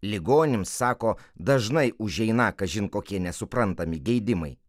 ligoniams sako dažnai užeina kažin kokie nesuprantami geidimai